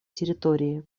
территории